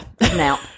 Now